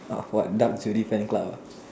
of what duck jury fan club ah